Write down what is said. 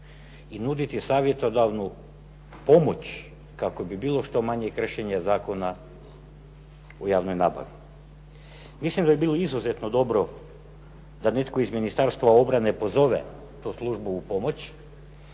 i nuditi savjetodavnu pomoć kako bi bilo što manjih kršenja zakona u javnoj nabavi. Mislim da bi bilo izuzetno dobro da netko iz Ministarstva obrane pozove tu službu u pomoć,